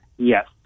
Yes